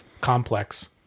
complex